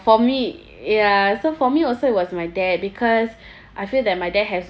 for me ya so for me also was my dad because I feel that my dad has